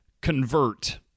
Convert